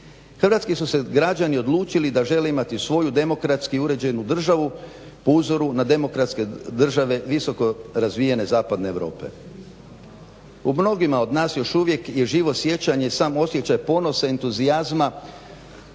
hrvatski su se građani odlučili da žele imati svoju demokratski uređenu državu po uzoru na demokratske države visoko razvijene zapadne Europe. U mnogima od nas još uvijek je živo sjećanje, sam osjećaj ponosa, entuzijazma